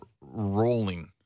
rolling